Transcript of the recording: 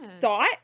thought